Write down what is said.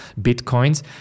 Bitcoins